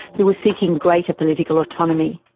who were seeking greater political autonomy.